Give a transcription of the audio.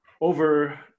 over